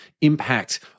impact